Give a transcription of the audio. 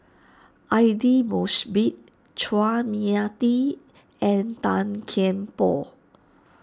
Aidli Mosbit Chua Mia Tee and Tan Kian Por